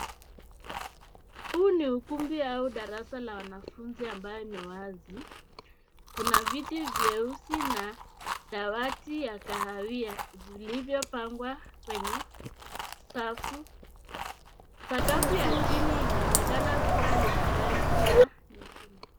Huu ni ukumbi au darasa la wanafunzi ambayo ni wazi. Kuna viti vyeusi na dawati ya kahawia zilizopangwa kwenye safu. Sakafu ya chini inaonekana kuwa lina rangi ya ...